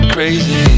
Crazy